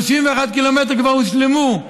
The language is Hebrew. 31 ק"מ כבר הושלמו,